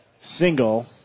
single